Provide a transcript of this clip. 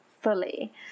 fully